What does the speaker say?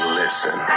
listen